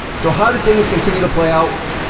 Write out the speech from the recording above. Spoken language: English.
so how did things continue to play out?